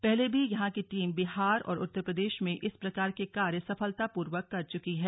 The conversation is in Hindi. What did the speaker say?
पहले भी यहां की टीम बिहार और उत्तरप्रदेश में इस प्रकार के कार्य सफलतापूर्वक कर चुकी है